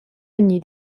vegnir